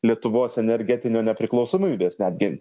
lietuvos energetinio nepriklausomybės netgi